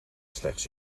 slechts